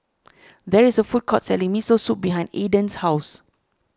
there is a food court selling Miso Soup behind Aydan's house